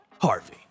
Harvey